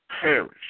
perish